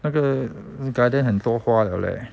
那个 garden 很多花 liao 咧